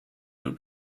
would